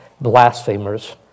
blasphemers